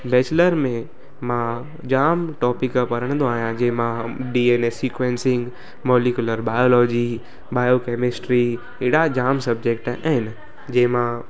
bachelor में मां जाम टॉपिक पढ़ंदो आहियां जीअं मां D N A sequencing molecular biology biochemistry हेड़ा जाम सब्जैक्ट आहिनि जंहिंमां